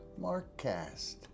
MarkCast